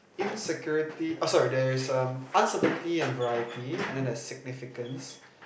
insecurity oh sorry there is um uncertainty and variety and then there is significance